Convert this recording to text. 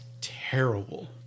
terrible